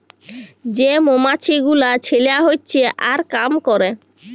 যে মমাছি গুলা ছেলা হচ্যে আর কাম ক্যরে